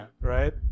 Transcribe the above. Right